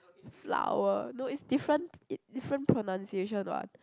flower no it's different it different pronunciation [what]